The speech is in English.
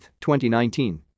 2019